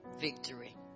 victory